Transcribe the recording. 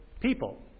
people